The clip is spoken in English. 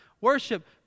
worship